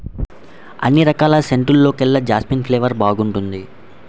అన్ని రకాల సెంటుల్లోకెల్లా జాస్మిన్ ఫ్లేవర్ బాగుంటుంది